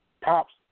Pops